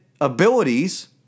abilities